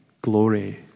glory